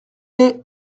est